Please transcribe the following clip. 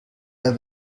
der